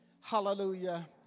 Hallelujah